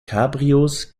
cabrios